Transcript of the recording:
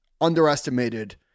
underestimated